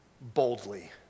boldly